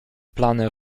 plany